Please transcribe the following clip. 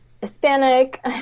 Hispanic